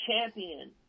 champion